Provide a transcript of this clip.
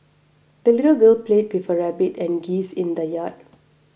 the little girl played with her rabbit and geese in the yard